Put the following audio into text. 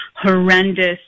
horrendous